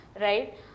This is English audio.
right